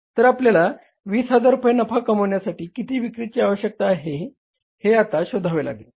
तर आपल्याला 20000 रुपये नफा कमविण्यासाठी किती विक्रीची आवश्यकता आहे हे आता शोधावे लागेल